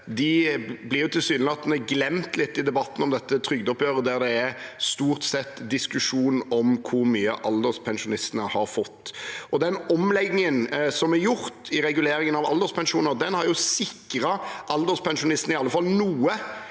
De blir tilsynelatende litt glemt i debatten om dette trygdeoppgjøret, der det stort sett bare er diskusjon om hvor mye alderspensjonistene har fått. Den omleggingen som er gjort i reguleringen av alderspensjoner, har sikret alderspensjonistene i hvert fall noe